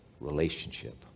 relationship